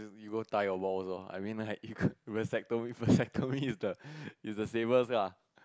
you go tie your balls loh I mean like vasectomy vasectomy is the safest lah